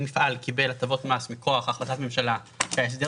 אם מפעל קיבל הטבות מס מכוח החלטת ממשלה שההסדר